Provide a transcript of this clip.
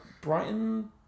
Brighton